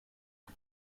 but